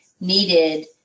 needed